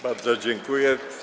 Bardzo dziękuję.